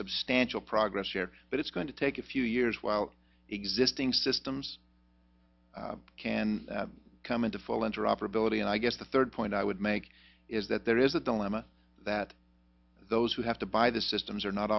substantial progress here but it's going to take a few years while existing systems can come into full interoperability and i guess the third point i would make is that there is a dilemma that those who have to buy the systems are not